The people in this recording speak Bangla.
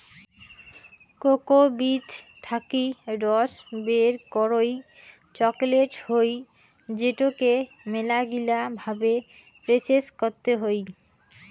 কোকো বীজ থাকি রস বের করই চকলেট হই যেটোকে মেলাগিলা ভাবে প্রসেস করতে হই